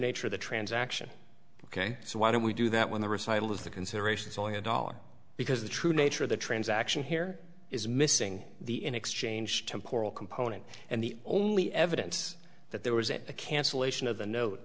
nature of the transaction ok so why don't we do that when the recital is the considerations only a dollar because the true nature of the transaction here is missing the in exchange to coral component and the only evidence that there was a cancellation of the note